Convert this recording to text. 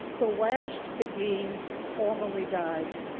the last beguine formerly died